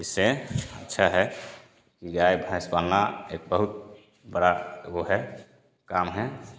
इससे अच्छा है कि गाय भैंस पालना एक बहुत बड़ा वो है काम है